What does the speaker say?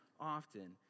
often